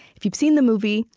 if you've seen the movie,